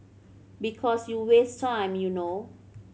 because you waste time you know